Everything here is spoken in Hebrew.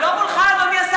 אבל לא מולך, אדוני השר.